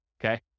okay